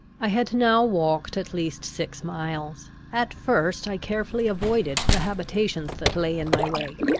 i had now walked at least six miles. at first i carefully avoided the habitations that lay in my way,